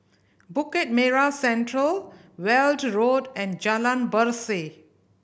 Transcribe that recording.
Bukit Merah Central Weld Road and Jalan Berseh